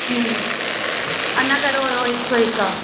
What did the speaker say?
हूं अञा करो हुयो हिक सौ हिक आहे